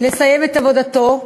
לסיים את עבודתו,